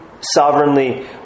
sovereignly